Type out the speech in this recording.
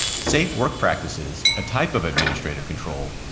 safe work practices a type of administrative control,